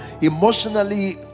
emotionally